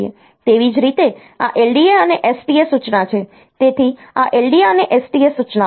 તેવી જ રીતે આ LDA અને STA સૂચના છે તેથી આ LDA અને STA સૂચનાઓ